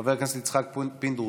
חבר הכנסת יצחק פינדרוס,